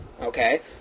okay